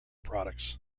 products